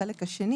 החלק השני